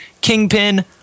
Kingpin